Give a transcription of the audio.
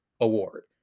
award